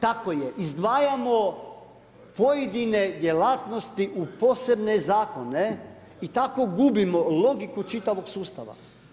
Tako je, izdvajamo pojedine djelatnosti u posebne zakone i tako gubimo logiku čitavog sustava.